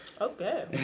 Okay